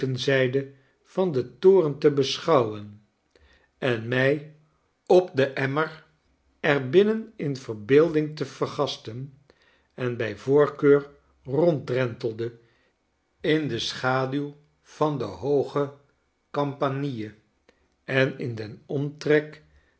van den toren te beschouwen en mij op den emmer er binnen in verbeelding te vergasten en bij voorkeur ronddrentelde in de schaduw van den hoogen campanile en in den omtrek